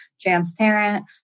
transparent